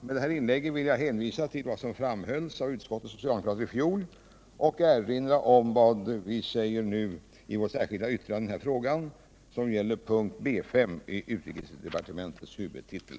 Med detta inlägg vill jag hänvisa till vad som framhölls av utskottets socialdemokrater i fjol och erinra om vad vi säger nu i vårt särskilda yttrande i denna fråga, som gäller punkten B5 i utrikesdepartementets huvudtitel.